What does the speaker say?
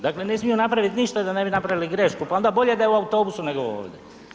Dakle ne smiju napraviti ništa da ne bi napravili grešku pa onda bolje da je u autobusu nego ovdje.